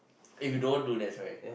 if you don't do that sorry